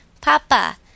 Papa